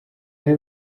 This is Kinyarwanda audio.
b’i